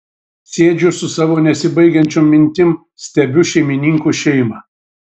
sėdžiu su savo nesibaigiančiom mintim stebiu šeimininkų šeimą